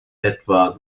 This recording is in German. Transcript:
etwa